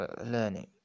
learning